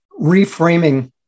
reframing